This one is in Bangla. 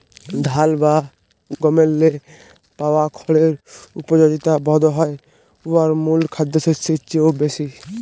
ধাল বা গমেল্লে পাওয়া খড়ের উপযগিতা বধহয় উয়ার মূল খাদ্যশস্যের চাঁয়েও বেশি